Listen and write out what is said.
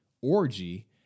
orgy